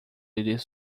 íris